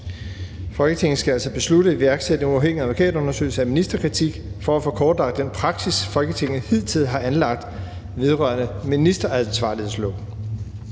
Folketinget skal altså beslutte at iværksætte en uafhængig advokatundersøgelse af ministerkritik for at få kortlagt den praksis, Folketinget hidtil har anlagt vedrørende ministeransvarlighedsloven.